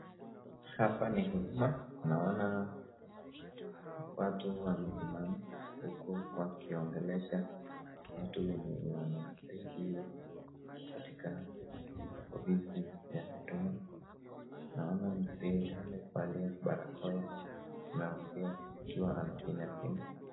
Hapa ni huduma, naona watu wamesimama huku wakiongelesha watu wenye wanasaidiwa katika ofisi ya huduma, naona mzee amevalia barakoa anaongea akiwa anafinya simu.